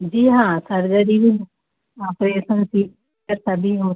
जी हाँ सर्जरी भी हो ऑपरेशन भी या सभी हो